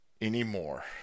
anymore